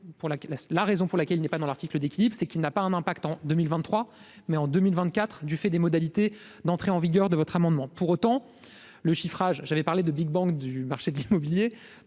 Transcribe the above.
la raison pour laquelle il n'est pas dans l'article d'équilibre, c'est qu'il n'a pas un impact en 2023 mais en 2024 du fait des modalités d'entrée en vigueur de votre amendement pour autant le chiffrage, j'avais parlé de Big bang du marché de l'immobilier,